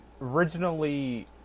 originally